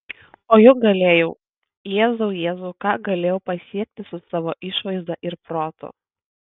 o juk galėjau jėzau jėzau ką galėjau pasiekti su savo išvaizda ir protu